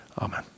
Amen